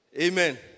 Amen